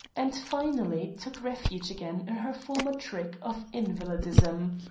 and finally took refuge again in her former trick of invalidism.